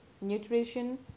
nutrition